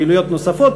פעילויות נוספות,